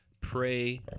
pray